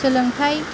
सोलोंथाइ